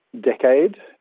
decade